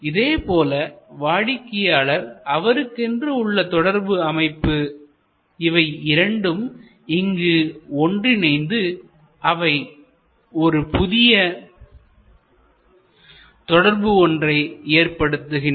இதேபோல வாடிக்கையாளர் அவருக்கென்று உள்ள தொடர்பு அமைப்பு இவை இரண்டும் இங்கு ஒன்றிணைந்து அவை ஒரு புதிய தொடர்பு ஒன்றை ஏற்படுத்துகின்றன